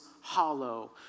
hollow